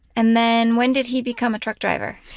and then when did he become a truck driver?